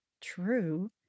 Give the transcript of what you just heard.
true